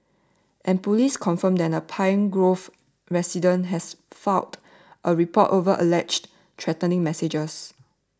and police confirmed that a Pine Grove resident has filed a report over alleged threatening messages